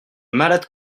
malade